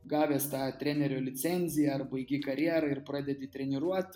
gavęs tą trenerio licenziją ar baigi karjerą ir pradedi treniruot